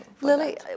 Lily